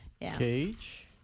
Cage